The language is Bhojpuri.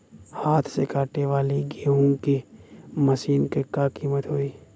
हाथ से कांटेवाली गेहूँ के मशीन क का कीमत होई?